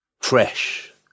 fresh